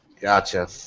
Gotcha